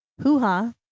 hoo-ha